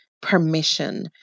permission